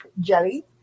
jelly